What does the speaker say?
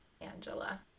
Angela